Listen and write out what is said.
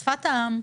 שפת העם,